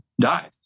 died